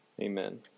Amen